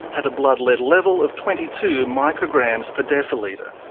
had a blood lead level of twenty two micrograms per decilitre,